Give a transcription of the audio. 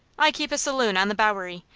i keep a saloon on the bowery.